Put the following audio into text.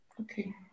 Okay